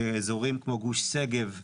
באזורים כמו גוש שגב,